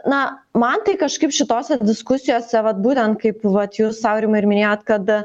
na man tai kažkaip šitose diskusijose vat būtent kaip vat jūs aurimai ir minėjot kad